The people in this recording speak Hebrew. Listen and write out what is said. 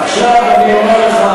עכשיו אני אומר לך,